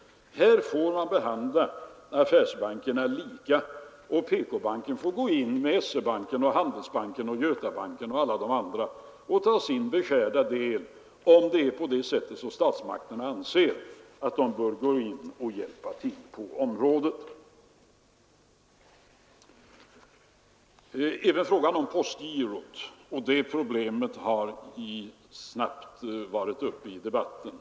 Här får man behandla bankerna lika, och PK-banken får gå in med SE-banken, Handelsbanken, Götabanken och alla de andra och ta sin beskärda del, om statsmakterna anser att de bör gå in och hjälpa till på detta område. Även frågan om postgirot har som hastigast varit uppe i debatten.